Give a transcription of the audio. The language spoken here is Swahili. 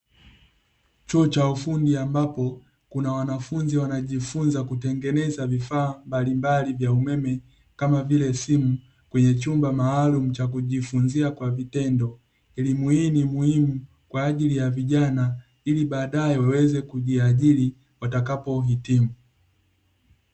Chuo cha ufundi ambapo kuna wanafunzi wanajifunza kutengeneza vifaa mbalimbali vya umeme, kama vile simu, kwenye chumba maalumu cha kujifunzia kwa vitendo. Elimu hii ni muhimu kwa ajili ya vijana ili baadaye waweze kujiajiri watakapohitimu.